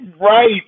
right